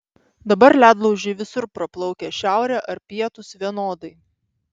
dabar ledlaužiai visur praplaukia šiaurė ar pietūs vienodai